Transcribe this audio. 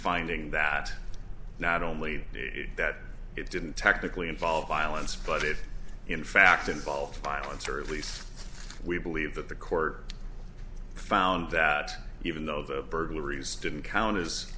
finding that not only that it didn't technically involve violence but it in fact involved violence or at least we believe that the court found that even though the burglaries didn't count as